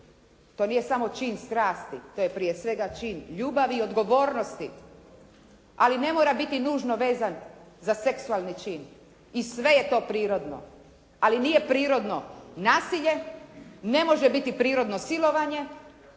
To nije samo čin strasti, to je prije svega čin ljubavi i odgovornosti ali ne mora biti nužno vezan za seksualni čin. I sve je to prirodno, ali nije prirodno nasilje, ne može biti prirodno silovanje,